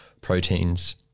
proteins